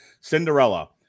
Cinderella